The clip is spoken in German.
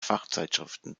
fachzeitschriften